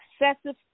excessive